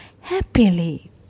happily